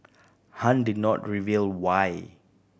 Han did not reveal why